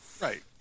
Right